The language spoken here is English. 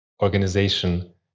organization